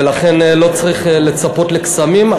ולכן לא צריך לצפות לקסמים,